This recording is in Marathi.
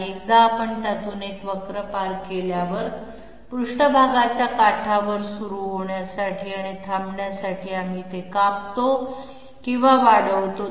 आणि एकदा आपण त्यातून एक वक्र पार केल्यावर पृष्ठभागाच्या काठावर सुरू होण्यासाठी आणि थांबण्यासाठी आम्ही ते कापतो किंवा वाढवतो